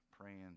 praying